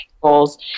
goals